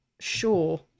sure